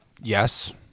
Yes